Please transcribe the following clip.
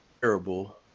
terrible